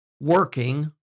working